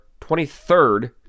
23rd